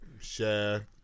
share